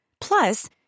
Plus